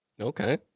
Okay